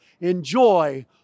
Enjoy